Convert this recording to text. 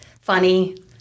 funny